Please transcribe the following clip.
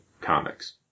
comics